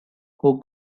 who